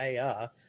ar